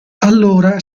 allora